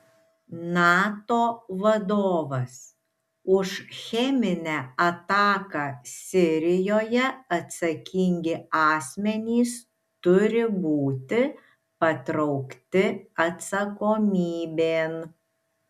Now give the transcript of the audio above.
nato vadovas už cheminę ataką sirijoje atsakingi asmenys turi būti patraukti atsakomybėn